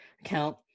account